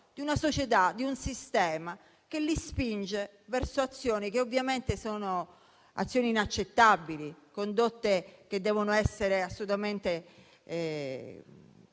di una società, di un sistema che li spinge verso azioni ovviamente inaccettabili, verso condotte che devono essere assolutamente